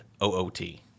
O-O-T